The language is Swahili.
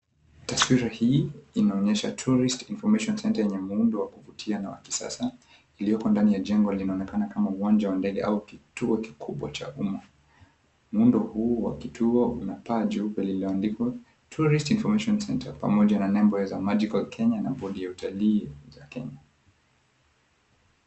Taswira hii inaonyesha, Tourist Information Centre yenye muundo wa kuvutia na wa kisasa iliyoko ndani ya jengo linaonekana kama uwanja wa ndege au kituo kikubwa cha umma, muundo huu wa kituo una paa juu lililoandikwa, Tourist Information Centre, pamoja na nembo za Magical Kenya na bodi ya utalii za Kenya.